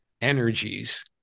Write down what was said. energies